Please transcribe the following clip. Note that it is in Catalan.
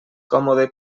còmode